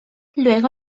luego